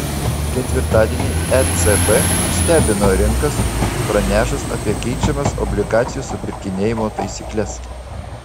ketvirtadienį ecb nustebino rinkas pranešus apie keičiamas obligacijų supirkinėjimo taisykles